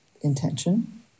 intention